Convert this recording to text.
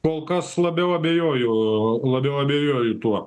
kol kas labiau abejoju labiau abejoju tuo